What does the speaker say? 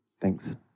Thanks